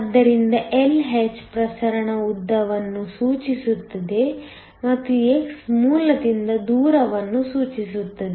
ಆದ್ದರಿಂದ Lh ಪ್ರಸರಣ ಉದ್ದವನ್ನು ಸೂಚಿಸುತ್ತದೆ ಮತ್ತು x ಮೂಲದಿಂದ ದೂರವನ್ನು ಸೂಚಿಸುತ್ತದೆ